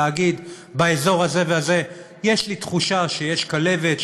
להגיד: באזור הזה והזה יש לי תחושה שיש כלבת,